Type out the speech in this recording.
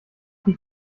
wie